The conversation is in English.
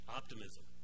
optimism